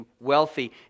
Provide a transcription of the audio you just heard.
wealthy